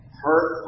hurt